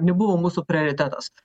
nebuvo mūsų prioritetas